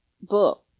book